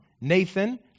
Nathan